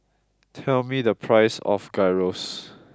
tell me the price of Gyros